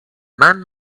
men